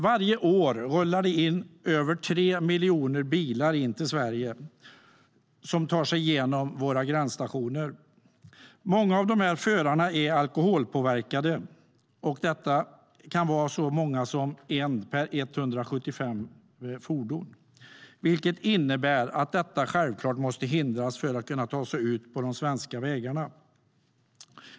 Varje år rullar det in över 3 miljoner bilar till Sverige som tar sig igenom våra gränsstationer. Många av de förarna är alkoholpåverkade. Det kan vara så många som en per 175 fordon, vilket innebär att dessa självklart måste hindras att ta sig ut på de svenska vägarna.